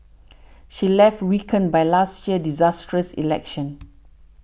she was left weakened by last year's disastrous election